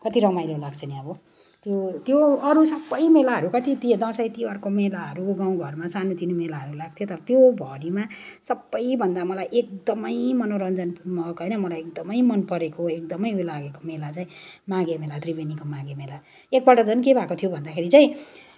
कति रमाइलो लाग्छ नि अब त्यो त्यो अरू सबै मेलाहरू कति दसैँ तिहारको मेलाहरू गाउँ घरमा सानोतिनो मेलाहरू लाग्थ्यो तर त्योभरिमा सबैभन्दा मलाई एकदमै मनोरञ्जनको होइन मलाई एकदमै मनपरेको एकदमै उयो लागेको मेला चाहिँ माघे मेला त्रिवेणीको माघे मेला एकपल्ट त झन के भएको थियो भन्दाखेरि चाहिँ